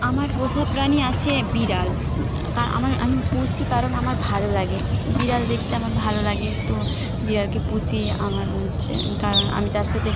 আমার পোষা প্রাণী আছে বিড়াল আমার আমি পুষি কারণ আমার ভালো লাগে বিড়াল দেখতে আমার ভালো লাগে তো বিড়ালকে পুষি আমার হচ্ছে কারণ আমি তার সাথে